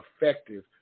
effective